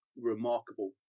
remarkable